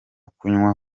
kunywa